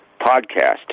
podcast